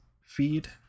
feed